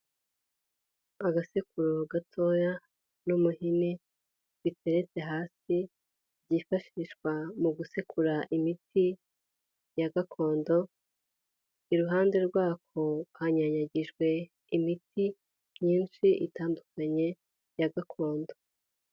Agasekururo gatoya n'umuhini biteretse hasi, byifashishwa mu gusekura imiti ya gakondo, iruhande rwako hanyanyagijwe imiti myinshi itandukanye ya gakondo.